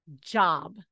job